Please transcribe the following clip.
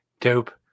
dope